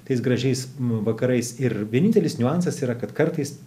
tais gražiais vakarais ir vienintelis niuansas yra kad kartais